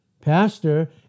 Pastor